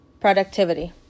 productivity